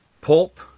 pulp